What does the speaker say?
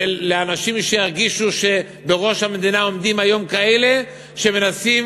לכך שאנשים ירגישו שבראש המדינה עומדים היום כאלה שמנסים